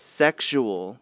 sexual